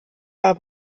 war